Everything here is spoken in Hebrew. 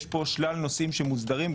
יש פה שלל נושאים שמוסדרים.